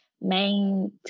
main